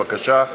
בבקשה.